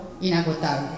inagotable